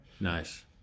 Nice